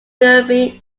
derby